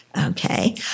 Okay